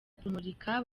kumurika